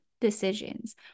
decisions